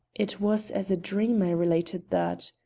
it was as a dream i related that,